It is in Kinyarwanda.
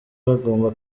bagomba